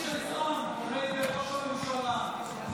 הלוביסט של טראמפ עומד בראש ממשלה.